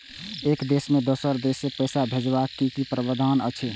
एक देश से दोसर देश पैसा भैजबाक कि प्रावधान अछि??